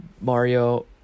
Mario